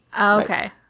Okay